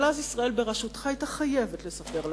אבל אז ישראל בראשותך היתה חייבת לספר לחבר'ה,